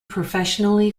professionally